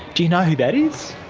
do you know who that is?